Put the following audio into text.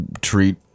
treat